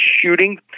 shooting